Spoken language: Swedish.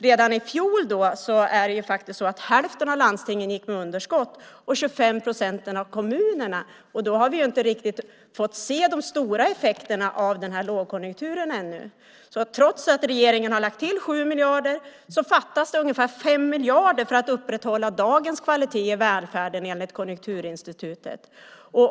Redan i fjol gick hälften av landstingen och 25 procent av kommunerna med underskott. Då har vi inte riktigt fått se de stora effekterna av den här lågkonjunkturen ännu. Trots att regeringen har lagt till 7 miljarder fattas det ungefär 5 miljarder för att upprätthålla dagens kvalitet i välfärden enligt Konjunkturinstitutet.